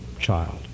child